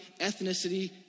ethnicity